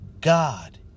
God